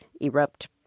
erupt